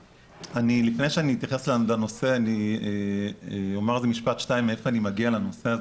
לפני שאתייחס לנושא אני אומר משפט או שניים מאיפה אני מגיע לנושא הזה.